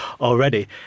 already